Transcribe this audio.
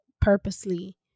purposely